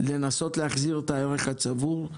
לנסות להחזיר את הערך הצבור,